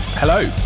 Hello